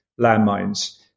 landmines